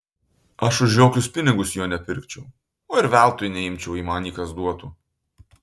aš už jokius pinigus jo nepirkčiau o ir veltui neimčiau jei man jį kas duotų